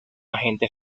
agente